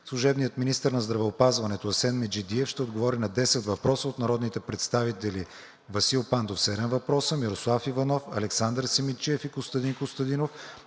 служебният министър на здравеопазването Асен Меджидиев ще отговори на 10 въпроса от народните представители Васил Пандов – седем въпроса; Мирослав Иванов, Александър Симидчиев и Костадин Костадинов;